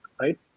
right